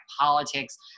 politics